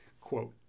quote